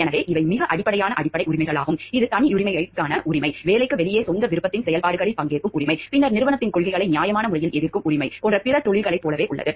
எனவே இவை மிக அடிப்படையான அடிப்படை உரிமைகளாகும் இது தனியுரிமைக்கான உரிமை வேலைக்கு வெளியே சொந்த விருப்பத்தின் செயல்பாடுகளில் பங்கேற்கும் உரிமை பின்னர் நிறுவனத்தின் கொள்கைகளை நியாயமான முறையில் எதிர்க்கும் உரிமை போன்ற பிற தொழில்களைப் போலவே உள்ளது